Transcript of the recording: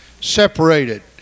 separated